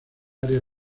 área